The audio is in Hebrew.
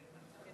בבקשה,